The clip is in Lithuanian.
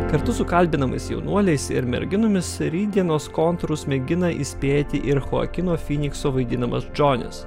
kartu su kalbinamais jaunuoliais ir merginomis rytdienos kontūrus mėgina įspėti ir cho akino finikso vaidinamas džonis